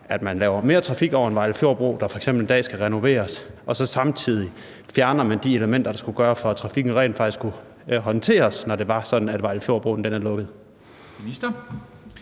at man laver mere trafik over en Vejlefjordbro, der f.eks. en dag skal renoveres, og så samtidig fjerner de elementer, der skulle gøre, at trafikken rent faktisk kunne håndteres, når Vejlefjordbroen er lukket?